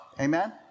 Amen